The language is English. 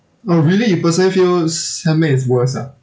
oh really you personally feel s~ handmade is worse ah